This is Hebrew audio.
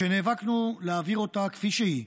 כשנאבקנו להעביר אותה כפי שהיא,